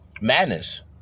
Madness